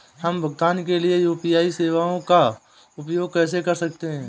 हम भुगतान के लिए यू.पी.आई सेवाओं का उपयोग कैसे कर सकते हैं?